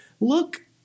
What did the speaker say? Look